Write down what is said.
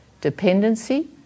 Dependency